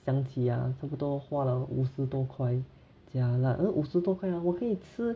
想起啊差不多花了五十多块 jialat 那五十多块 hor 我可以吃